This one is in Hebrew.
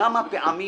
כמה פעמים